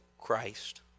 Christ